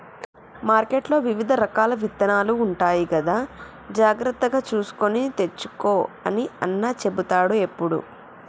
మార్కెట్లో వివిధ రకాల విత్తనాలు ఉంటాయి కదా జాగ్రత్తగా చూసుకొని తెచ్చుకో అని అన్న చెపుతాడు ఎప్పుడు